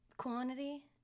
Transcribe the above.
Quantity